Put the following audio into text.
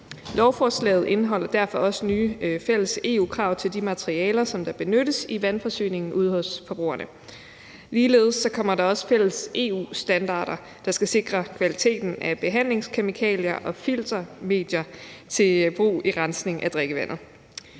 Lovforslaget indeholder derfor også nye fælles EU-krav til de materialer, som benyttes i vandforsyningen ude hos forbrugerne. Ligeledes kommer der også fælles EU-standarder, der skal sikre kvaliteten af behandlingskemikalier og filtermedier til brug ved rensning af drikkevandet.